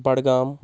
Budgam